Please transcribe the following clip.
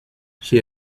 she